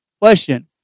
question